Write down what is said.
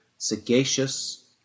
Sagacious